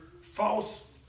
false